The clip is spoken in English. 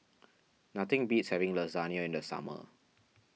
nothing beats having Lasagna in the summer